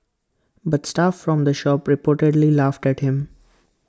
but staff from the shop reportedly laughed at him